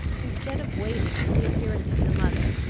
instead of waiting for the appearance of the mother,